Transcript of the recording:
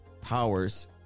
powers